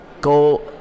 go